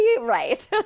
right